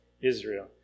Israel